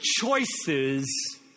choices